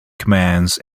commands